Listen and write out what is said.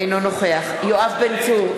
נגד יואב בן צור,